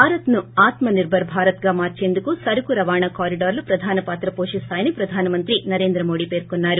భారత్ను ఆత్మనిర్సర్ భారత్ గా మార్సేందుకు సరకు రవాణా కారిడార్లు ప్రధాన పాత్ర పోషిస్తాయని ప్రధాన మంత్రి నరేంద్ర మోదీ పేర్కొన్నారు